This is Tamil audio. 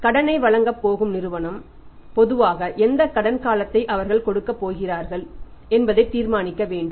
எனவே கடனை வழங்கப் போகும் நிறுவனம் பொதுவாக எந்தக் கடன் காலத்தை அவர்கள் கொடுக்கப் போகிறார்கள் என்பதை தீர்மானிக்க வேண்டும்